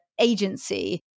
agency